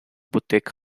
boutique